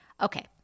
Okay